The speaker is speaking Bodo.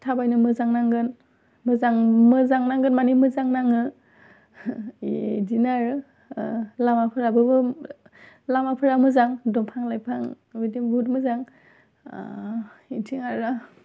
थाबायनो मोजां नांगोन मोजां मोजां नागोन मानि मोजां नाङो बिदिनो आरो लामाफ्राबो लामफ्रा मोजां दंफां लाइफां बिदि बहुत मोजां बिथिं आरो